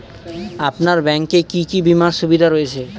আপনার ব্যাংকে কি কি বিমার সুবিধা রয়েছে?